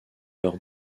leurs